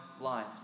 life